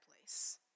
place